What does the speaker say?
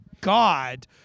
God